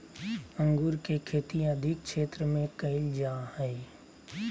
अंगूर के खेती अधिक क्षेत्र में कइल जा हइ